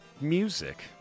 music